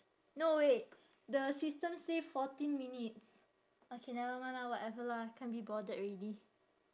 no wait the system say fourteen minutes okay never mind lah whatever lah can't be bothered already